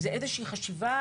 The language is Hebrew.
הוא איזו שהיא חשיבה,